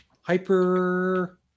Hyper